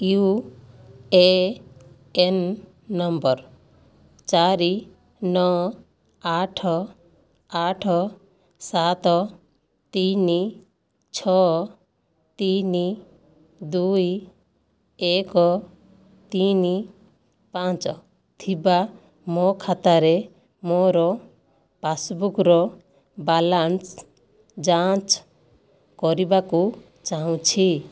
you A N number ଚାରି ନଅ ଆଠ ଆଠ ସାତ ତିନି ଛଅ ତିନି ଦୁଇ ଏକ ତିନି ପାଞ୍ଚ ଥିବା ମୋ ଖାତାରେ ମୋର ପାସ୍ବୁକ୍ର ବାଲାନ୍ସ ଯାଞ୍ଚ କରିବାକୁ ଚାହୁଁଛି